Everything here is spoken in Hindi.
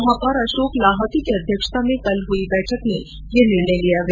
महापौर अशोक लाहोटी की अध्यक्षता में हुई बैठक में कल ये निर्णय लिया गया